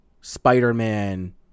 Spider-Man